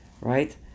Right